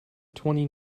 twenty